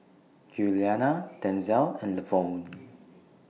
Giuliana Denzell and Lavonne